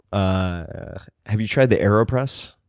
ah have you tried the aeropress?